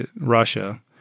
Russia